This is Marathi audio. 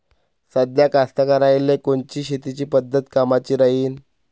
साध्या कास्तकाराइले कोनची शेतीची पद्धत कामाची राहीन?